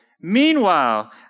Meanwhile